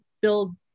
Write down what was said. build